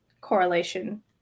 correlation